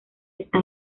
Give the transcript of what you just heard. está